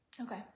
okay